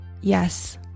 Yes